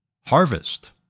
harvest